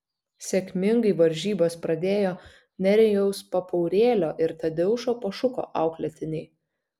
sėkmingai varžybas pradėjo nerijaus papaurėlio ir tadeušo pašuko auklėtiniai